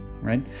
right